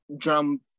drum